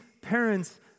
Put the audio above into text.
parents